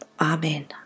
Amen